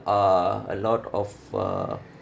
uh a lot of uh